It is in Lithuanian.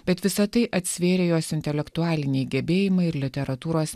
bet visą tai atsvėrė jos intelektualiniai gebėjimai ir literatūros